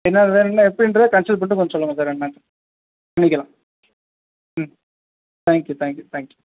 என்ன வேற என்ன எப்படின்றத கன்சல்ட் பண்ணிட்டு கொஞ்சம் சொல்லுங்கள் சார் என்னென்ட்டு நீங்கள் தான் ம் தேங்க்யூ தேங்க்யூ தேங்க்யூ